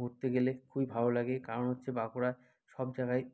ঘুরতে গেলে খুবই ভালো লাগে কারণ হচ্ছে বাঁকুড়া সব জাগায়